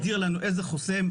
הגדיר לנו איזה חוסם,